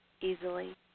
easily